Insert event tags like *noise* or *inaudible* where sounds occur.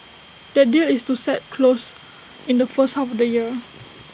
that deal is set to close in the first half *noise* of this year